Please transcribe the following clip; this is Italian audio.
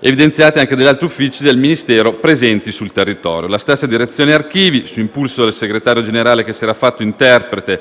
evidenziate anche dagli altri uffici del Ministero presenti sul territorio. La stessa Direzione archivi, su impulso del segretario generale che si era fatto interprete